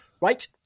Right